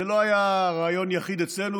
זה לא היה רעיון יחיד אצלנו.